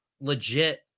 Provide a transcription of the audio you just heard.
legit